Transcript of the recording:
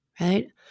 right